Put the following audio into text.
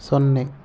ಸೊನ್ನೆ